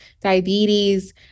diabetes